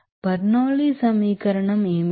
Bernoulli సమీకరణం ఏమిటి